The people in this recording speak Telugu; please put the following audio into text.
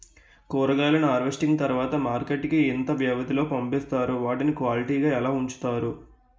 కూరగాయలను హార్వెస్టింగ్ తర్వాత మార్కెట్ కి ఇంత వ్యవది లొ పంపిస్తారు? వాటిని క్వాలిటీ గా ఎలా వుంచుతారు?